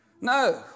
No